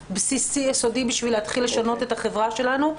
בסיסי ויסודי בשביל להתחיל לשנות את החברה שלנו.